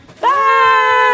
Bye